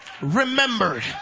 remembered